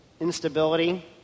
instability